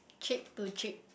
cheek to cheek